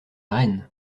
rennes